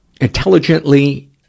intelligently